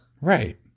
Right